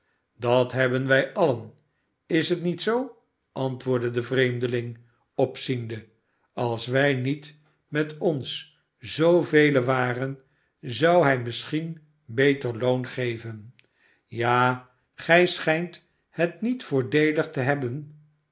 dat hebben wij alien is het niet zoo antwoordde de vreemdeling opziende als wij niet met ons zoovelen waren zou hij misschien beter loon geven ja gij schijnt het niet voordeelig te hebben